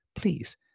please